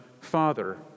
father